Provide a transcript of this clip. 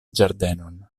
ĝardenon